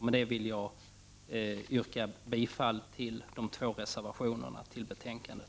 Med detta vill jag yrka bifall till de två reservationerna till betänkandet.